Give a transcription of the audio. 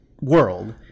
world